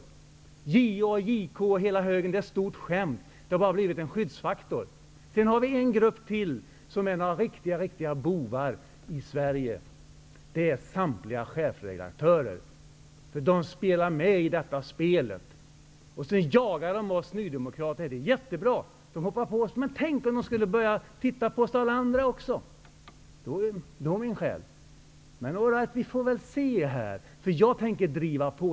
JO, JK och hela högen är ett stort skämt. Det har bara blivit en skyddsfaktor. Det finns en grupp till som är ena riktiga, riktiga bovar i Sverige. Det är samtliga chefredaktörer. De spelar med i detta spel, och sedan jagar de oss Nydemokrater. Det är jättebra. De hoppar på oss. Men tänk om de skulle börja titta på alla er andra också, då min själ. Vi får väl se. Jag tänker driva på.